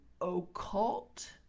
occult